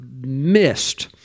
missed